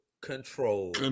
Control